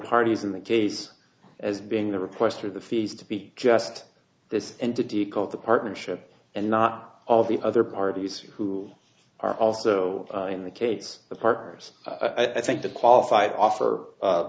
parties in the case as being the request of the fees to be just this entity called the partnership and not of the other parties who are also in the case the partners i think the qualified offer